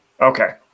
Okay